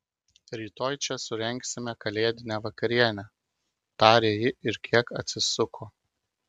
rytoj čia surengsime kalėdinę vakarienę tarė ji ir kiek atsisuko